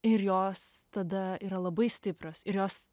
ir jos tada yra labai stiprios ir jos